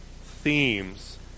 themes